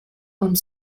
und